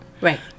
Right